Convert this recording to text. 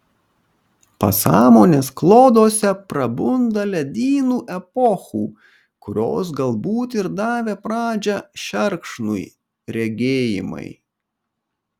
pasąmonės kloduose prabunda ledynų epochų kurios galbūt ir davė pradžią šerkšnui regėjimai